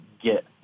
get